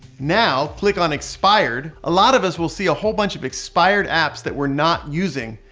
now click on expired. a lot of us will see a whole bunch of expired apps that we're not using.